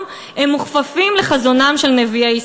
הם מוכפפים לחזונם של נביאי ישראל.